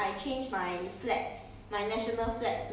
did you buy the but